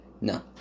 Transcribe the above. no